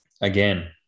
again